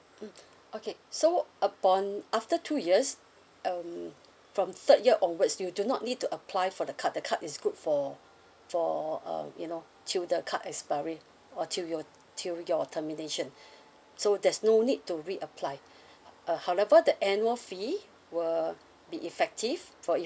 mm okay so upon after two years um from third year onwards you do not need to apply for the card the card is good for for uh you know till the card expiry or till you till your termination so there's no need to reapply uh however the annual fee will be effective for